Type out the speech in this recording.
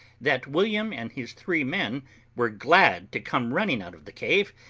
that william and his three men were glad to come running out of the cave,